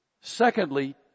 Secondly